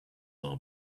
are